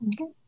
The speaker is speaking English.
Okay